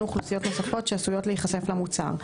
אוכלוסיות נוספות שעשויות להיחשף למוצר,